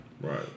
Right